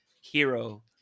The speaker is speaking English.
hero